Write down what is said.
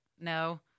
No